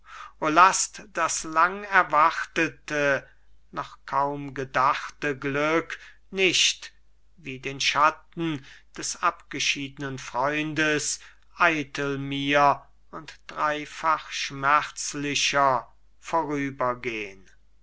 o laßt das lang erwartete noch kaum gedachte glück nicht wie den schatten des abgeschiednen freundes eitel mir und dreifach schmerzlicher vorübergehn